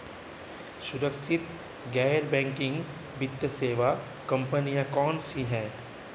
सुरक्षित गैर बैंकिंग वित्त सेवा कंपनियां कौनसी हैं?